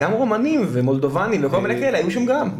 גם רומנים ומולדובנים וכל מיני כאלה היו שם גם